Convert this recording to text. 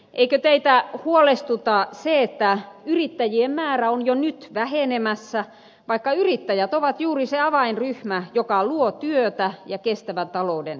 eikö teitä huolestuta se että yrittäjien määrä on jo nyt vähenemässä vaikka yrittäjät ovat juuri se avainryhmä joka luo työtä ja kestävän talouden edellytyksiä